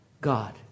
God